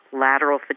lateral